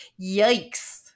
Yikes